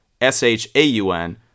S-H-A-U-N